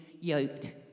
yoked